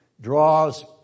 draws